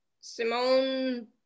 Simone